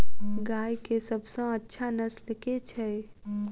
गाय केँ सबसँ अच्छा नस्ल केँ छैय?